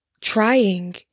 trying